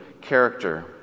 character